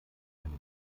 eine